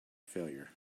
failure